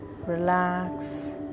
relax